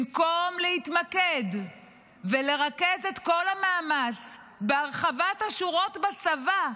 במקום להתמקד ולרכז את כל המאמץ בהרחבת השורות בצבא,